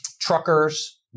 truckers